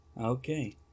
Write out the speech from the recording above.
Okay